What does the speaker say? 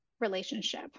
relationship